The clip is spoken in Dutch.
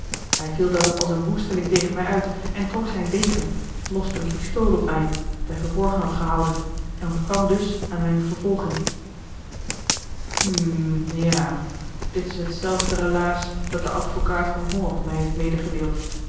hij viel daarop als een woesteling tegen mij uit en trok zijn degen loste een pistool a l g bosboom-toussaint de delftsche wonderdokter eel dat hij verborgen had gehouden en ontkwam dus aan mijne vervolging hm ja dit is hetzelfde relaas dat de advocaat van holland mij heeft medegedeeld